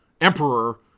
Emperor